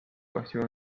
kahju